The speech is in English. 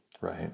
Right